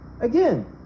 Again